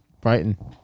Brighton